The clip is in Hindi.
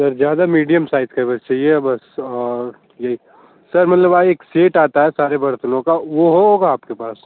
सर ज़्यादा मीडियम साइज़ के बस चाहिए बस और यही सर मतलब वह एक सेट आता है सारे बर्तनों का वो होगा आपके पास